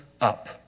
up